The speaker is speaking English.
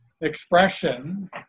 expression